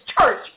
church